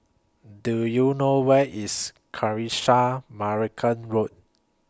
Do YOU know Where IS Kanisha Marican Road